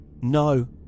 No